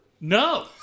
No